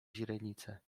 źrenice